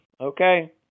Okay